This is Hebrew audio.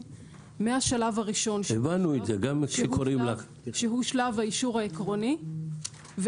מהשלב הראשון שהוא שלב האישור העקרוני -- הבנו את זה.